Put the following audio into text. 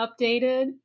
updated